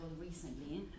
recently